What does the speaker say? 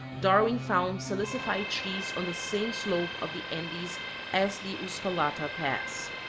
darwin found silicified trees on the same slope of the andes as the uspallata pass.